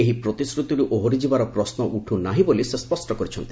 ଏହି ପ୍ରତିଶ୍ରତିରୁ ଓହରିଯିବାର ପ୍ରଶ୍ର ଉଠୁନାହିଁ ବୋଲି ସେ ସ୍ୱଷ୍ଟ କରିଛନ୍ତି